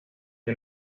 hay